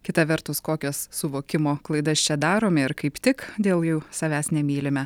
kita vertus kokias suvokimo klaidas čia darome ir kaip tik dėl jų savęs nemylime